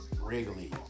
Wrigley